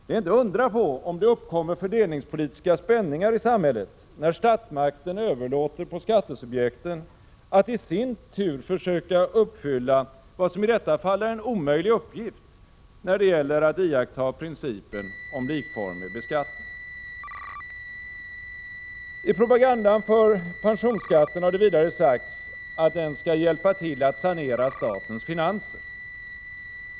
Det är inte att undra på om det uppkommer fördelningspolitiska spänningar i samhället, när statsmakterna överlåter på skattesubjekten att i sin tur försöka uppfylla vad som i detta fall är en omöjlig uppgift när det gäller att iaktta principen om likformig beskattning. I propagandan för pensionsskatten har det vidare sagts att den skall hjälpa till att sanera statens finanser.